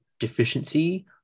deficiency